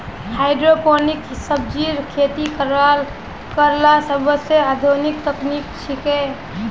hydroponic सब्जिर खेती करला सोबसे आधुनिक तकनीक छिके